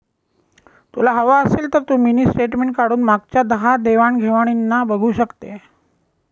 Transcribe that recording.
तुला हवं असेल तर तू मिनी स्टेटमेंट काढून मागच्या दहा देवाण घेवाणीना बघू शकते